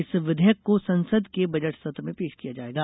इस विधेयक को संसद के बजट सत्र में पेश किया जाएगा